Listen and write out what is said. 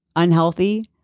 unhealthy,